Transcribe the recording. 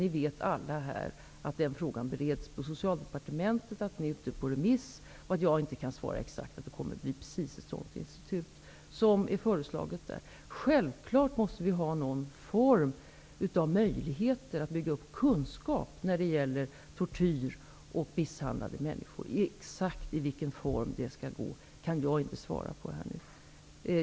Ni vet alla här att den frågan bereds på Socialdepartementet, att den är ute på remiss och att jag inte kan svara att det kommer att bli precis ett sådant institut som har föreslagits. Självfallet måste vi ha någon form av möjligheter att bygga upp kunskap när det gäller tortyr och misshandlade människor. Exakt i vilken form det skall ske, kan jag inte svara på nu.